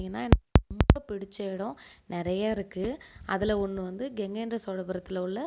ஏனால் எனக்கு ரொம்ப பிடித்த இடம் நிறைய இருக்குது அதில் ஒன்று வந்து கங்கை கொண்ட சோழபுரத்தில் உள்ள